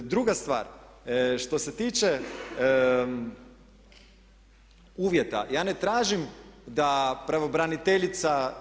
Druga stvar, što se tiče uvjeta, ja ne tražim da pravobraniteljica.